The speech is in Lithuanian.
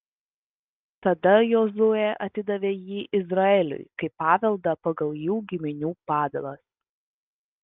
tada jozuė atidavė jį izraeliui kaip paveldą pagal jų giminių padalas